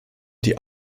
die